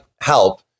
help